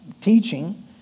teaching